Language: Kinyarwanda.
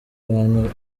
abantu